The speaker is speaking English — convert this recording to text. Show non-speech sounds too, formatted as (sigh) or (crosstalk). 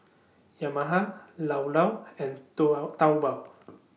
Yamaha Llao Llao and (unintelligible) Taobao